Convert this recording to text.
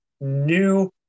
new